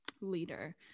leader